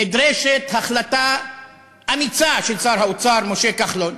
נדרשת החלטה אמיצה של שר האוצר משה כחלון,